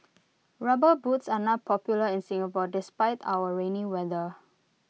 rubber boots are not popular in Singapore despite our rainy weather